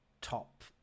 top